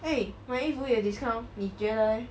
!hey! 买衣服有 discount 你觉得 leh 将好 meh